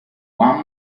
one